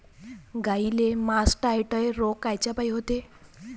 गाईले मासटायटय रोग कायच्यापाई होते?